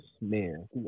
man